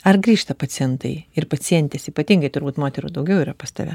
ar grįžta pacientai ir pacientės ypatingai turbūt moterų daugiau yra pas tave